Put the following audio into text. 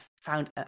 found